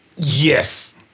Yes